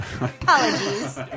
Apologies